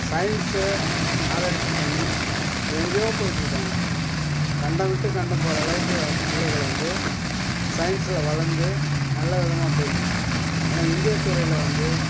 science ஆராய்ச்சி பண்ணி எங்கேயோ போய்ட்டு இருக்காங்க கண்டம் விட்டு கண்டம் போகிற அளவுக்கு பிள்ளைகள் வந்து சைன்ஸில் வளர்ந்து நல்ல விதமாக போய்ட்டு இருக்குது ஆனால் இந்திய துறையில் வந்து